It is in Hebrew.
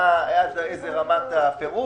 מהי רמת הפירוט,